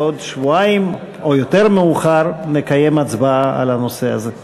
בעוד שבועיים או יותר מאוחר נקיים הצבעה על הנושא הזה.